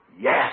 Yes